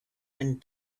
and